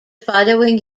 following